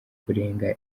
kurenga